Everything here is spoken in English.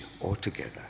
altogether